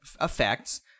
effects